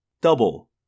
Double